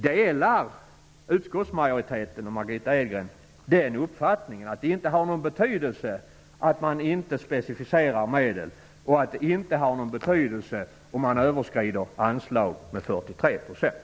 Delar utskottsmajoriteten och Margitta Edgren uppfattningen att det inte har någon betydelse att man inte specificerar medel och att det inte har någon betydelse att man överskrider anslag med 43 %?